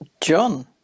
john